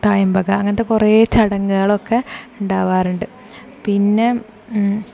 തായമ്പക അങ്ങനത്തെ കുറേ ചടങ്ങുകളൊക്കെ ഉണ്ടാകാറുണ്ട് പിന്നെ